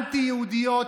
אנטי-יהודיות,